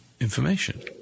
information